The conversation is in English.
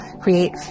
create